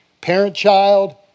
parent-child